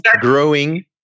growing